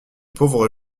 pauvres